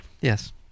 Yes